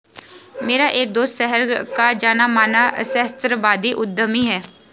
मेरा एक दोस्त शहर का जाना माना सहस्त्राब्दी उद्यमी है